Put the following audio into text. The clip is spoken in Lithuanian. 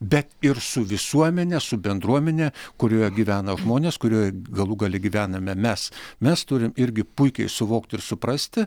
bet ir su visuomene su bendruomene kurioje gyvena žmonės kurioje galų gale gyvename mes mes turim irgi puikiai suvokt ir suprasti